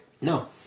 no